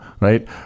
Right